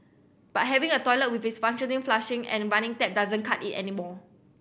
but having a toilet with is functional flushing and running tap doesn't cut it anymore